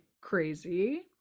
crazy